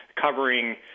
covering